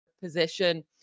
position